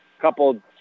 couple